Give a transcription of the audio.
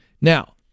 Now